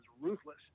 ruthless